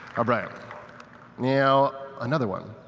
but um now, another one.